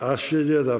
A się nie dam.